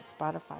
Spotify